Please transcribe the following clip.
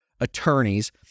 attorneys